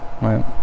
Right